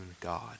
God